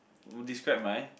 describe my